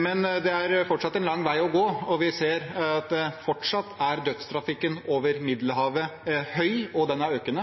Men det er fortsatt en lang vei å gå. Vi ser at dødstrafikken over Middelhavet fortsatt er stor, og den er økende.